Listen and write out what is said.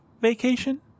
vacation